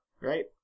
right